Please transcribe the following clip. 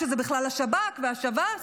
ושזה בכלל השב"כ והשב"ס.